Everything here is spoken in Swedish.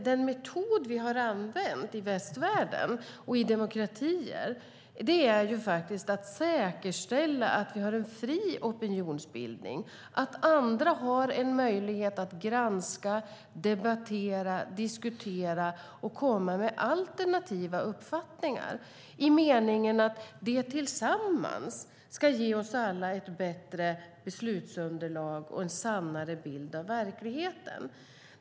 Den metod vi har använt i västvärlden och i demokratier är att säkerställa att vi har en fri opinionsbildning, att andra har en möjlighet att granska, debattera, diskutera och komma med alternativa uppfattningar. Det tillsammans ska ge oss alla ett bättre beslutsunderlag och en sannare bild av verkligheten.